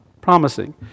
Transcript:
promising